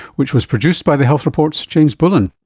which was produced by the health report's james bullen